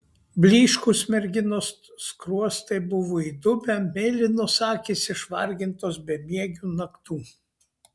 blyškūs merginos skruostai buvo įdubę mėlynos akys išvargintos bemiegių naktų